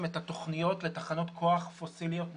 התוכניות לתחנות כוח פוסיליות נוספות,